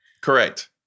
Correct